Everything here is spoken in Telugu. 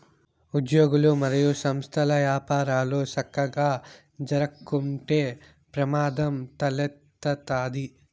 ఉజ్యోగులు, మరియు సంస్థల్ల యపారాలు సక్కగా జరక్కుంటే ప్రమాదం తలెత్తతాది